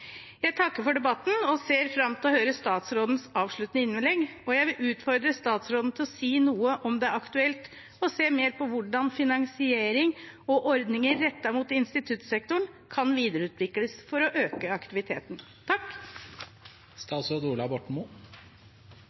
Jeg takker for debatten og ser fram til å høre statsrådens avsluttende innlegg. Og jeg vil utfordre statsråden til å si noe om det er aktuelt å se mer på hvordan finansiering og ordninger rettet mot instituttsektoren kan videreutvikles for å øke aktiviteten.